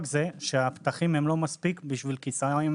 והפתחים לא מספיק בשביל כסאות